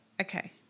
Okay